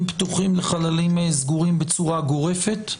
פתוחים לחללים סגורים בצורה גורפת.